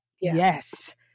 Yes